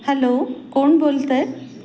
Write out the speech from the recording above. hello कोण बोलत आहे